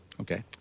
Okay